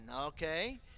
okay